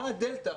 מה הדלתא.